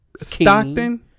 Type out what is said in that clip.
Stockton